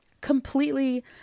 completely